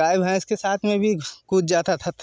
गाय भैंस के साथ में भी कूद जाता था